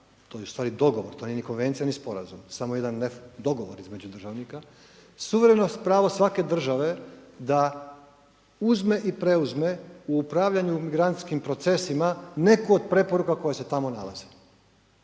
to je ustvari dogovor, to nije ni konvencija ni sporazum, samo jedan dogovor između državnika. Suverenost pravo svake države da uzme i preuzme u upravljanju migrantskim procesima neku od preporuka koje se tamo nalaze.